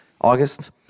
August